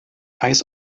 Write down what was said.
eis